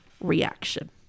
reaction